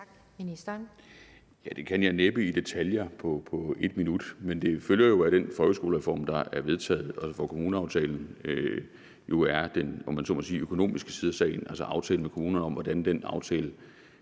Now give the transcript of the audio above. (Bjarne Corydon): Det kan jeg næppe i detaljer på 1 minut, men det følger jo af den folkeskolereform, der er vedtaget, og hvor kommuneaftalen er den, om man så må sige, økonomiske side af sagen, altså aftalen med kommunerne om, hvordan den aftale